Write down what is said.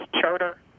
charter